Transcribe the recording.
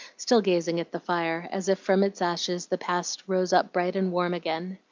still gazing at the fire, as if from its ashes the past rose up bright and warm again.